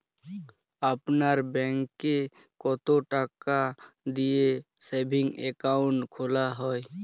আপনার ব্যাংকে কতো টাকা দিয়ে সেভিংস অ্যাকাউন্ট খোলা হয়?